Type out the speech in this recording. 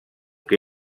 que